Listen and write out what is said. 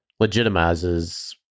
legitimizes